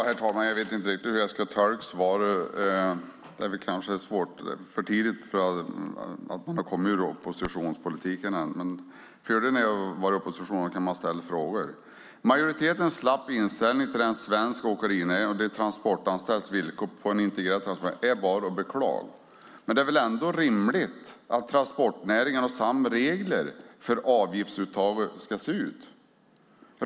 Herr talman! Jag vet inte riktigt hur jag ska tolka svaret. Det är kanske svårt att förtydliga det för en oppositionspolitiker, men fördelen med att vara i opposition är att man då kan ställa frågor. Majoritetens slappa inställning till den svenska åkerinäringen och de transportanställdas villkor på en integrerad transportmarknad är bara att beklaga. Det är väl ändå rimligt att transportnäringarna har samma regler för hur ett avgiftsuttag ska se ut.